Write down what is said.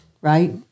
Right